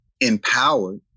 empowered